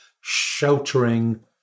sheltering